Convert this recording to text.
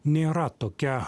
nėra tokia